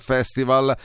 Festival